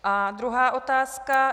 A druhá otázka.